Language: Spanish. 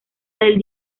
del